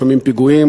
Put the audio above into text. לפעמים פיגועים,